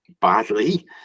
badly